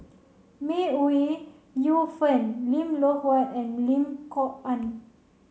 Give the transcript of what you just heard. May Ooi Yu Fen Lim Loh Huat and Lim Kok Ann